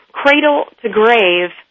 cradle-to-grave